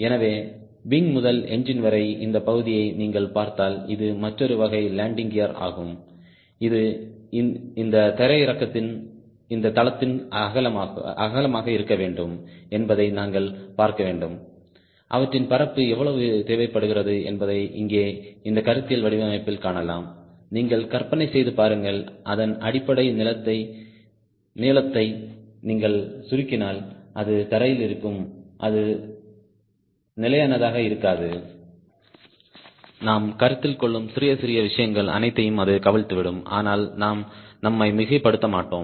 எனவே விங் முதல் என்ஜின் வரை இந்த பகுதியை நீங்கள் பார்த்தால் இது மற்றொரு வகை லேண்டிங் கியர் ஆகும் இது இந்த தரையிறக்கத்தின் இந்த தளத்தின் அகலமாக இருக்க வேண்டும் என்பதையும் நாங்கள் பார்க்க வேண்டும் அவற்றின் பரப்பு எவ்வளவு தேவைப்படுகிறது என்பதை இங்கே இந்த கருத்தியல் வடிவமைப்பில் காணலாம் நீங்கள் கற்பனை செய்து பாருங்கள் அதன் அடிப்படை நீளத்தை நீங்கள் சுருக்கினால் அது தரையில் இருக்கும் அது நிலையானதாக இருக்காது நாம் கருத்தில் கொள்ளும் சிறிய சிறிய விஷயங்கள் அனைத்தையும் அது கவிழ்த்துவிடும் ஆனால் நாம் நம்மை மிகைப்படுத்த மாட்டோம்